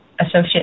associate